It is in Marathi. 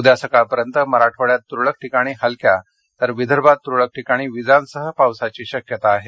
उद्यासकाळपर्यंत मराठवाड्यात तुरळक ठिकाणी हलक्या तर कार्यक्रमात तुरळक ठिकाणी विजांसह पावसाची शक्यता आहे